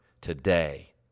today